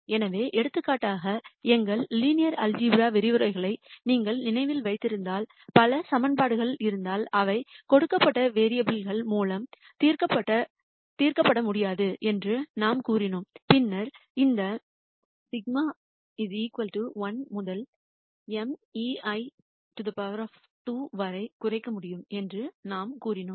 எனவே எடுத்துக்காட்டாக எங்கள் லீனியர் ஆல்சீப்ரா விரிவுரைகளை நீங்கள் நினைவில் வைத்திருந்தால் பல சமன்பாடுகள் இருந்தால் அவை கொடுக்கப்பட்ட வேரியபுல் கள் மூலம் தீர்க்கப்பட முடியாது என்று நாம் கூறினோம் பின்னர் இந்த σi 1 முதல்m ei2 வரை குறைக்க முடியும் என்று நாம் கூறினோம்